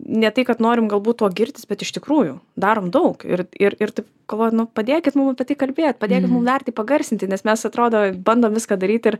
ne tai kad norim galbūt tuo girtis bet iš tikrųjų darom daug ir ir ir taip galvoju nu padėkit mum apie tai kalbėt padėkit mum dar tai pagarsinti nes mes atrodo bandom viską daryt ir